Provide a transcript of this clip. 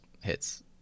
hits